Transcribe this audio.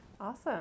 Awesome